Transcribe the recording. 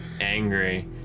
angry